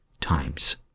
times